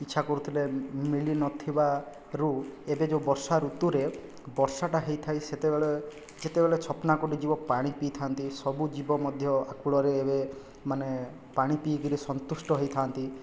ଇଚ୍ଛା କରୁଥିଲେ ମିଳିନଥିବାରୁ ଏବେ ଯେଉଁ ବର୍ଷା ଋତୁରେ ବର୍ଷାଟା ହୋଇଥାଏ ସେତେବେଳେ ଯେତେବେଳେ ଛପନ କୋଟି ଜୀବ ପାଣି ପିଇଥା'ନ୍ତି ସବୁ ଜୀବ ମଧ୍ୟ ଆକୁଳରେ ଏବେ ମାନେ ପାଣି ପିଇକରି ସନ୍ତୁଷ୍ଟ ହେଇଥା'ନ୍ତି